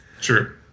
Sure